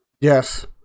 Yes